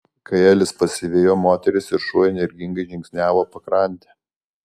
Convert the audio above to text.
kai elis pasivijo moteris ir šuo energingai žingsniavo pakrante